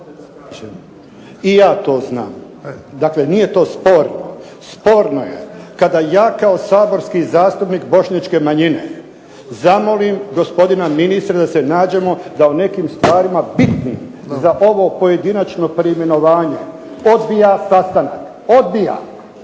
I ja to znam. Dakle, nije to sporno. Sporno je kada ja kao saborski zastupnik bošnjačke manjine zamolim gospodina ministra da nađemo da o nekim stvarima bitnim za ovo pojedinačno preimenovanje odbija sastanak, odbija.